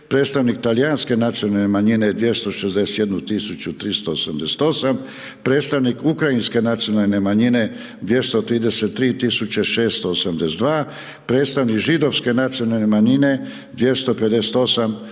predstavnik Talijanske nacionalne manjine 261 tisuću 388, predstavnik Ukrajinske nacionalne manjine 233 tisuće 682, predstavnik Židovske nacionalne manjine 258